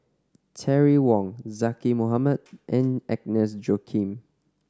Terry Wong Zaqy Mohamad and Agnes Joaquim